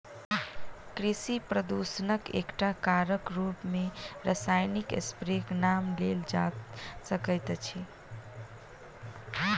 कृषि प्रदूषणक एकटा कारकक रूप मे रासायनिक स्प्रेक नाम लेल जा सकैत अछि